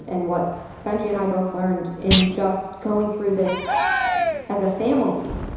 and what benjy and i both learned in just going through this as a family,